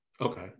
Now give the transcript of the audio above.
Okay